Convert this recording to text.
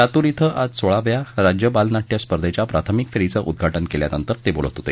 लातूर इथं आज सोळाव्या राज्य बाल नाट्य स्पर्धेच्या प्राथमिक फेरीचं उद्वाटन केल्यानंतर ते बोलत होते